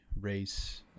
Race